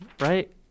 right